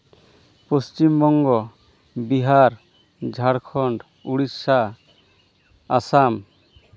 Paschimbanga Bihar Jharkhand Odisha Assam